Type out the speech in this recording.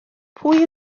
pwy